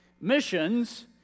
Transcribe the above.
Missions